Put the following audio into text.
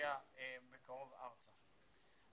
שמגיע בקרוב ארצה.